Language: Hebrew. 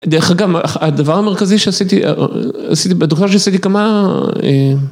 דרך אגב, הדבר המרכזי שעשיתי, עשיתי בתוכנה שעשיתי כמה